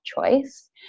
choice